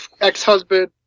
ex-husband